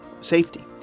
safety